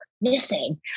missing